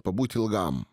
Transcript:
pabūt ilgam